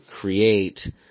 create